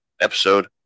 episode